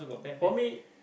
for me